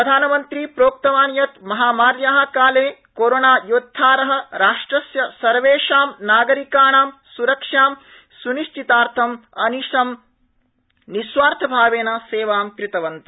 प्रधानमन्त्री प्रोक्तवान् यत् महामार्या काले कोरोना योद्वार राष्ट्रस्य सर्वेषां नागरिकाणां सुरक्षां सुनिशंचितार्थम अनिशं निसुवार्थ भावेन सेवां कृतवन्त